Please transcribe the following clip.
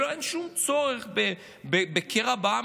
שלא היה שום צורך בקרע הזה בעם,